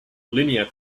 linear